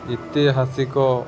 ଇତିହାସିକ